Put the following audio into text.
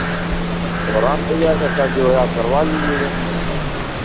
आराम हो जाएगा कल जो है आप करवा लीजियेगा